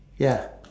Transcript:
ya